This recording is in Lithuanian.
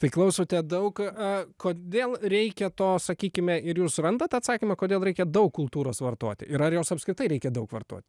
tai klausote daug kodėl reikia to sakykime ir jūs randat atsakymą kodėl reikia daug kultūros vartoti ir ar jos apskritai reikia daug vartoti